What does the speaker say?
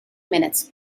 minutes